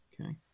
Okay